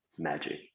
Magic